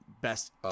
best